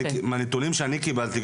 מהנתונים שאני קיבלתי,